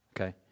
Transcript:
okay